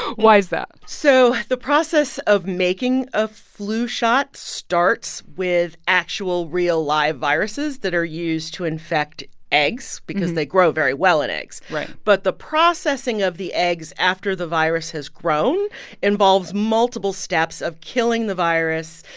why is that? so the process of making a flu shot starts with actual real live viruses that are used to infect eggs because they grow very well in eggs right but the processing of the eggs after the virus has grown involves multiple steps of killing the virus,